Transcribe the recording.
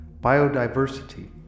biodiversity